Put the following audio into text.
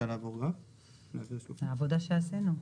זו העבודה שעשינו.